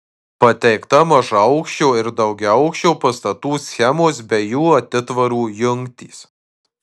pateikta mažaaukščio ir daugiaaukščio pastatų schemos bei jų atitvarų jungtys